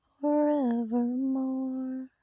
Forevermore